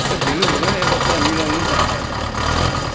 अलिक ढिलो हुँदैन यता त्यहाँ मिलाउनुहोस् न यता यता पारा